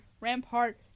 Rampart